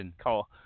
call